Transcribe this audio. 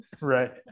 right